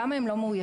למה הם לא מאוישים,